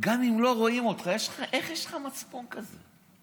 גם אם לא רואים אותך, איך יש לך מצפון כזה?